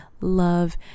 love